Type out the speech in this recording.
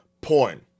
Porn